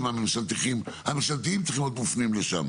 הממשלתיים צריכים להיות מופנים לשם.